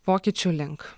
pokyčių link